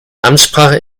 amtssprache